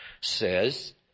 says